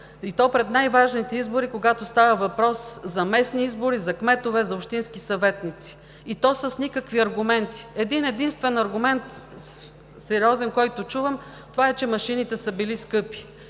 и то пред най-важните избори – когато става въпрос за местни избори, за кметове, за общински съветници, и то с никакви аргументи. Един единствен сериозен аргумент, който чувам, е, че машините са били скъпи.